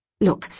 Look